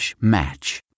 match